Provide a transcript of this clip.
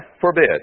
forbid